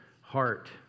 heart